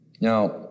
Now